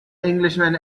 englishman